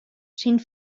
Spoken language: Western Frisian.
syn